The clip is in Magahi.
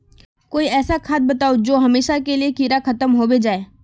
कोई ऐसा खाद बताउ जो हमेशा के लिए कीड़ा खतम होबे जाए?